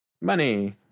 Money